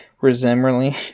resembling